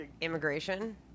immigration